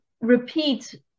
repeat